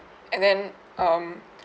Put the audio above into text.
and then um